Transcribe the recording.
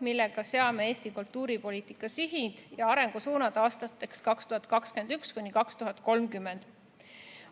millega seame Eesti kultuuripoliitika sihid ja arengusuunad aastateks 2021–2030.